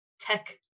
tech